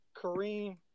Kareem